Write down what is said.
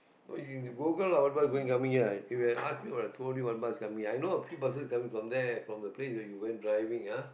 no you can Google what bus going coming here I if you have ask me or I told you what bus coming I know there's a few buses coming from there from the place you went driving ah